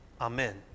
Amen